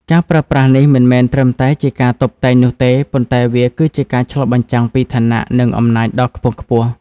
ការប្រើប្រាស់នេះមិនមែនត្រឹមតែជាការតុបតែងនោះទេ ប៉ុន្តែវាគឺជាការឆ្លុះបញ្ចាំងពីឋានៈ និងអំណាចដ៏ខ្ពង់ខ្ពស់។